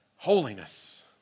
Holiness